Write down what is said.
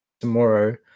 tomorrow